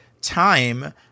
time